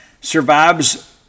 survives